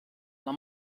alla